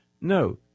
No